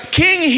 king